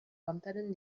contenen